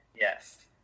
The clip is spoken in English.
Yes